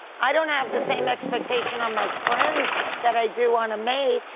i don't have the same expectation on my friends that i do on a mate.